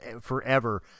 forever